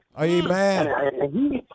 Amen